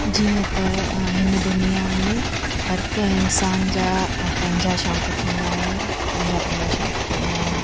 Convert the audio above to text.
जीअं त हिन दुनिया में हर कंहिं इंसान जा पंहिंजा शौक़ु थींदा आहिनि पंहिंजा पंहिंजा शौक़ु थींदा आहिनि